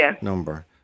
Number